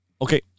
Okay